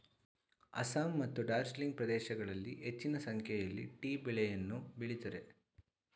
ಅಸ್ಸಾಂ ಮತ್ತು ಡಾರ್ಜಿಲಿಂಗ್ ಪ್ರದೇಶಗಳಲ್ಲಿ ಹೆಚ್ಚಿನ ಸಂಖ್ಯೆಯಲ್ಲಿ ಟೀ ಬೆಳೆಯನ್ನು ಬೆಳಿತರೆ